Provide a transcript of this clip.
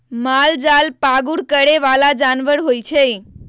मालजाल पागुर करे बला जानवर होइ छइ